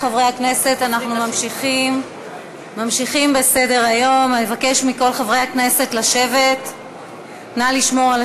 אני מבקשת להזמין את סגן שר האוצר יצחק כהן להשיב על